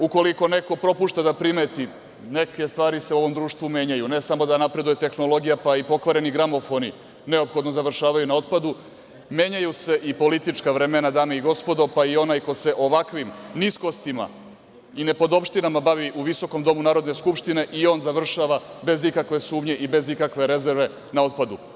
Ukoliko neko propušta da primeti neke stvari se u ovom društvu menjaju, ne samo da napreduje tehnologija, pa i pokvareni gramofoni neophodno završavaju na otpadu, menjaju se i politička vremena dame i gospodo, pa i onaj ko se ovakvim niskostima i nepodopštinama bavi u visokom domu Narodne skupštine i on završava bez ikakve sumnje i bez ikakve rezerve, na otpadu.